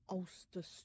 Auster